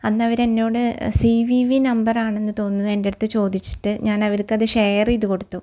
അന്ന് അവർ എന്നോട് സീ വീ വി നമ്പറാണെന്ന് തോന്നുന്നു എൻ്റെ അടുത്ത് ചോദിച്ചിട്ട് ഞാൻ അവർക്ക് അത് ഷെയറ് ചെയ്ത് കൊടുത്തു